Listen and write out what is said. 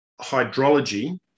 hydrology